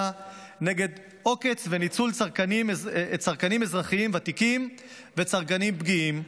נגד עוקץ וניצול צרכנים אזרחים ותיקים וצרכנים פגיעים,